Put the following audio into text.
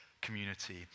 community